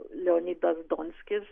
leonidas donskis